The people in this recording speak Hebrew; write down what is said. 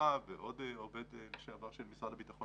ועוד עובד לשעבר של משרד הביטחון